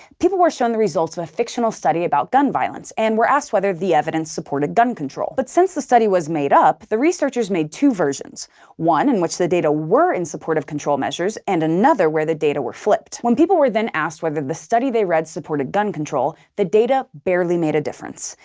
people were shown the results of a fictional study about gun violence, and were asked whether the evidence supported gun control. but since the study was made up, the researchers made two versions one in which the data were in support of control measures, and another where the data were flipped. when people were then asked whether the study they read supported gun control, the data barely made a difference.